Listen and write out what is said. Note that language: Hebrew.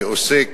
שעוסק